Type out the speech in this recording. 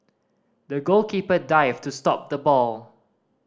the goalkeeper dived to stop the ball